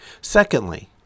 Secondly